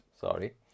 sorry